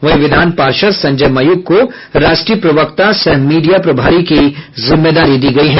वहीं विधान पार्षद संजय मयूख को राष्ट्रीय प्रवक्ता सह मीडिया प्रभारी की जिम्मेदारी दी गयी है